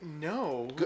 No